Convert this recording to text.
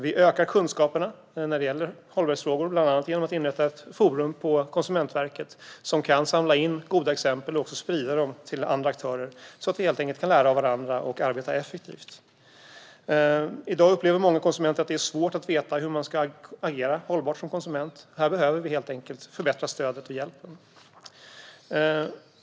Vi ökar kunskaperna om hållbarhetsfrågor, bland annat genom att inrätta ett forum på Konsumentverket som kan samla in goda exempel och sprida dem till andra aktörer, så att man helt enkelt lära av varandra och arbeta effektivt. I dag upplever många konsumenter att det är svårt att veta hur man ska agera hållbart som konsument. Här behöver vi förbättra stödet och hjälpen.